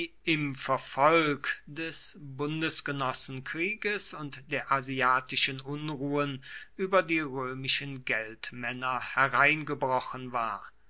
im verfolg des bundesgenossenkrieges und der asiatischen unruhen über die römischen geldmänner hereingebrochen war